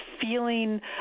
feeling